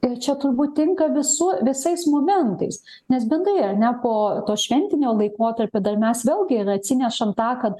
tai čia turbūt tinka visų visais momentais nes bendrai ar ne po to šventinio laikotarpio dar mes vėlgi ir atsinešam tą kad